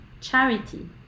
charity